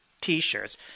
T-shirts